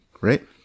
right